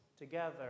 together